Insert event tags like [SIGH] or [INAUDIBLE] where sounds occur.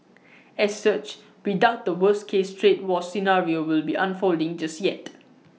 [NOISE] as such we doubt the worst case trade war scenario will be unfolding just yet